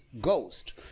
Ghost